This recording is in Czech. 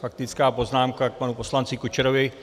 Faktická poznámka k panu poslanci Kučerovi.